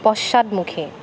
পশ্চাদমুখী